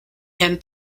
and